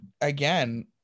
again